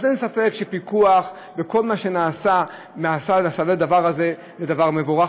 אז אין ספק שפיקוח וכל מה שנעשה בנושא הזה זה דבר מבורך,